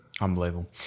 unbelievable